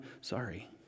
sorry